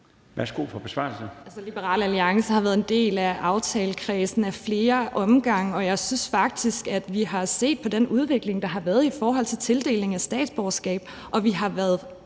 Værsgo for besvarelse.